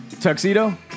Tuxedo